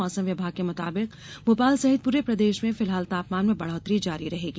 मौसम विभाग के मुताबिक भोपाल सहित पूरे प्रदेश में फिलहाल तापमान में बढ़ौतरी जारी रहेगी